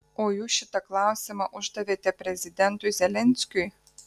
o jūs šitą klausimą uždavėte prezidentui zelenskiui